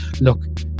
look